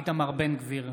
אינו נוכח איתמר בן גביר,